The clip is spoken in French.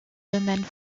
domaines